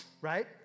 right